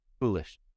foolish